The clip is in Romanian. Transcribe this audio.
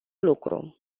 lucru